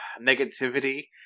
negativity